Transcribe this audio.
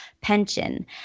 pension